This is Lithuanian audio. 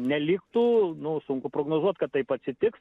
neliktų nu sunku prognozuot kad taip atsitiks